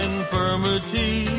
infirmity